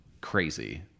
crazy